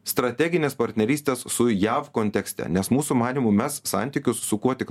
strateginės partnerystės su jav kontekste nes mūsų manymu mes santykius su kuo tik